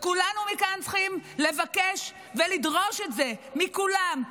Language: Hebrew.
כולנו כאן צריכים לבקש ולדרוש את זה מכולם.